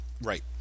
Right